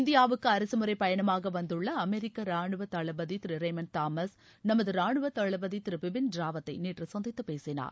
இந்தியாவுக்கு அரசுமுறை பயணமாக வந்துள்ள அமெரிக்க ராணுவ தளபதி திரு ரேமண்ட் தாமஸ் நமது ராணுவ தளபதி திரு பிபின் ராவத்தை நேற்று சந்தித்து பேசினார்